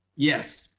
yes.